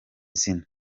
zina